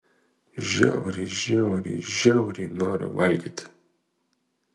žiauriai žiauriai žiauriai noriu valgyti